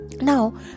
Now